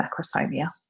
macrosomia